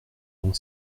donc